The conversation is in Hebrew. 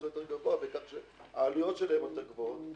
היותר גבוה בכך שהעלויות שלהם יותר גבוהות.